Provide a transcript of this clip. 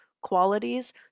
qualities